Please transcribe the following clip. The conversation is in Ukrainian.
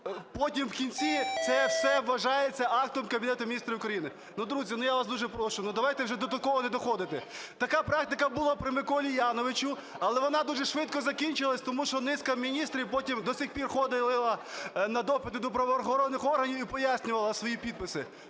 потім вкінці це все вважається актом Кабінету Міністрів України. Ну, друзі, ну, я вас дуже прошу, ну давайте вже до такого не доходити. Така практика була при Миколі Яновичу, але вона дуже швидко закінчилася, тому що низка міністрів потім до сих пір ходила на допити до правоохоронних органів і пояснювала свої підписи.